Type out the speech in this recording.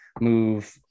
move